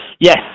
Yes